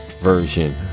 version